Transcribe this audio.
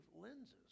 lenses